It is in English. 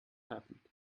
happened